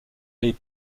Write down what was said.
les